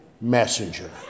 messenger